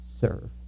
serve